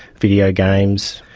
video games,